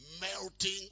melting